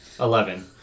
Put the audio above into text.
Eleven